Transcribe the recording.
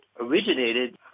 originated